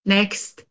Next